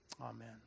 Amen